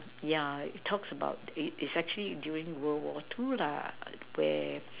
yeah it talks about it is actually during world war two lah where